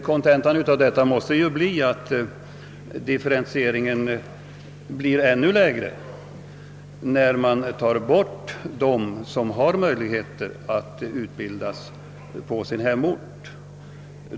Kontentan av detta måste bli att differentieringen blir ännu lägre när man tar bort dem som har möjligheter att utbildas på sin hemort.